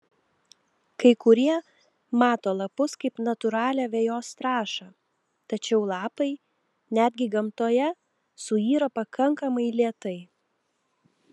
kai kurie mato lapus kaip natūralią vejos trąšą tačiau lapai netgi gamtoje suyra pakankamai lėtai